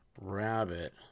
rabbit